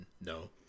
No